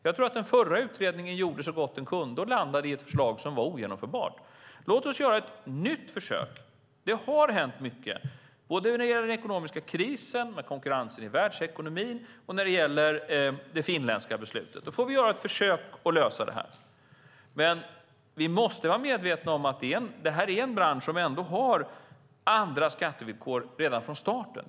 Jag tror att den förra utredningen gjorde så gott den kunde, men den landade i ett förslag som var ogenomförbart. Låt oss göra ett nytt försök! Det har hänt mycket, både den ekonomiska krisen med konkurrensen i världsekonomin och det finländska beslutet. Då får vi göra ett försök att lösa det här. Men vi måste ändå vara medvetna om att detta är en bransch som har andra skattevillkor redan från starten.